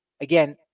again